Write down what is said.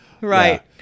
Right